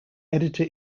editor